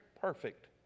Perfect